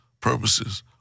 purposes